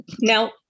Now